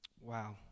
Wow